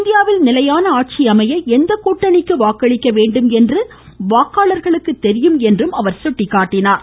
இந்தியாவில் நிலையான ஆட்சி அமைய எந்த கூட்டணிக்கு வாக்களிக்க வேண்டும் என்று வாக்காளர்களுக்கு தெரியும் என்றும் அவர் கூறினார்